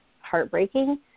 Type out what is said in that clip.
heartbreaking